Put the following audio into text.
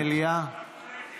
עבודה סדורה ושיטתית.